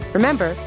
Remember